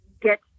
get